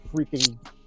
freaking